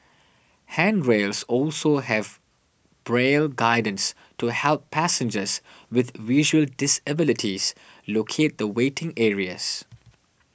handrails also have Braille guidance to help passengers with visual disabilities locate the waiting areas